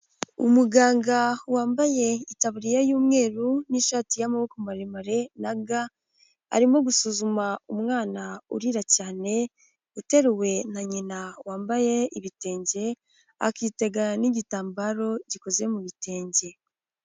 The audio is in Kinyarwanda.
Umuganga wambaye itaburiya y'umweru n'ishati y'amaboko maremare na ga, arimo gusuzuma umwana urira cyane uteruwe na nyina wambaye ibitenge akitega n'igitambaro gikoze mu bitenge.